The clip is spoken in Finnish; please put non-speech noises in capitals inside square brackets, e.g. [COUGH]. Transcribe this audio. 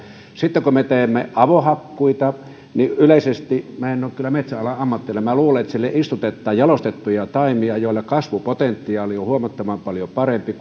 sitten kun me teemme avohakkuita niin yleisesti minä en ole kyllä metsäalan ammattilainen mutta luulen siellä istutetaan jalostettuja taimia joilla kasvupotentiaali on huomattavan paljon parempi [UNINTELLIGIBLE]